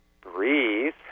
breathe